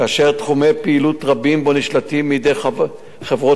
כאשר תחומי פעילות רבים בו נשלטים בידי חברות